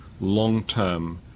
long-term